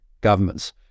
governments